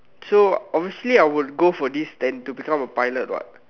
so obviously I would go for this than to become a pilot what